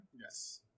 Yes